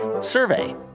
survey